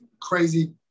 crazy